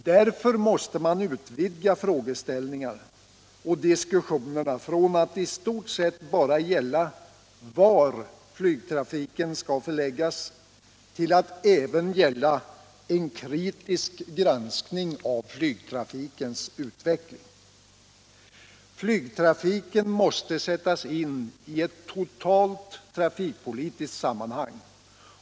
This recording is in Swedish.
Därför måste man utvidga frågeställningarna och diskussionerna från att i stort sett bara gälla var Nlygtrafiken skall förläggas till att även omfatta en kritisk granskning av Nygtrafikens utveckling. Flygtrafiken måste sättas in i ett totalt trafikpolitiskt sammanhang.